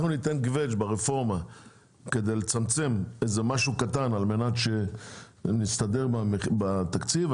אנחנו ניתן קווצ' ברפורמה כדי לצמצם משהו קטן על מנת שנסתדר בתקציב.